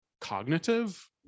cognitive